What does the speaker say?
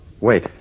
Wait